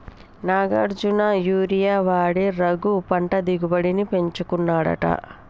Nagarjuna urea వాడి రఘు పంట దిగుబడిని పెంచుకున్నాడట